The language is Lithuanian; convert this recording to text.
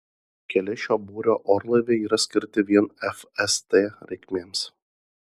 keli šio būrio orlaiviai yra skirti vien fst reikmėms